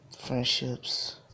friendships